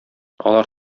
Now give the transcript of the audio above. алар